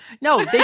No